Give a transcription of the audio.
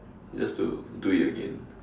just to do it again